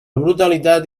brutalitat